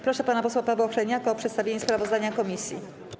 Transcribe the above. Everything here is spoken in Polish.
Proszę pana posła Pawła Hreniaka o przedstawienie sprawozdania komisji.